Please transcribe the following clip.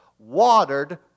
watered